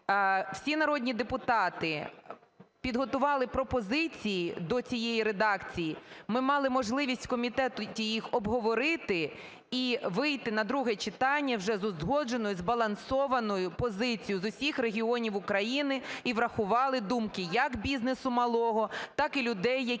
всі народні депутати підготували пропозиції до цієї редакції, ми мали можливість в комітеті їх обговорити і вийти на друге читання вже з узгодженою, збалансованою позицією з усіх регіонів України і врахували думки як бізнесу малого, так і людей, які проживають